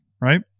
right